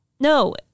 No